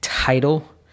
title